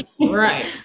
right